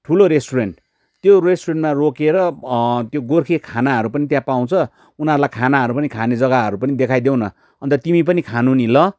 ठुलो रेस्टुरेन्ट त्यो रेस्टुरेन्टमा रोकेर त्यो गोर्खे खानाहरू पनि त्यहाँ पाउँछ उनीहरूलाई खानाहरू पनि खाने जग्गा पनि देखाइदेउ न अन्त तिमी पनि खानु नि ल